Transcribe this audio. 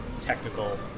technical